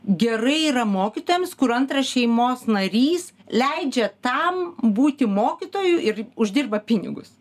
gerai yra mokytojams kur antras šeimos narys leidžia tam būti mokytoju ir uždirba pinigus